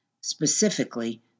specifically